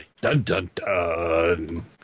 Dun-dun-dun